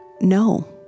No